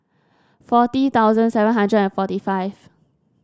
forty thousand seven hundred and forty five